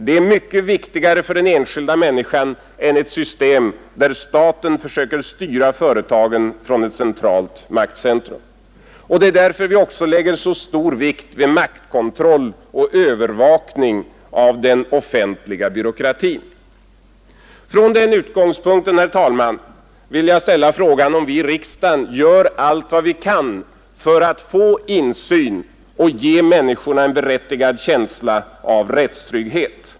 Det är mycket viktigare för den enskilda människan än ett system där staten försöker styra företagen från ett centralt maktcentrum, Det är därför vi också lägger så stor vikt vid maktkontroll och övervakning av den offentliga byråkratin. Från den utgångspunkten, herr talman, vill jag ställa frågan om vi i riksdagen gör allt vad vi kan för att få insyn och ge människorna en berättigad känsla av rättstrygghet.